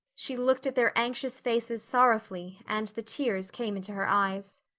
she looked at their anxious faces sorrowfully and the tears came into her eyes.